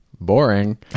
boring